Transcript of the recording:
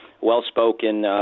well-spoken